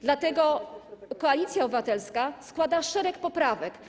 Dlatego Koalicja Obywatelska składa szereg poprawek.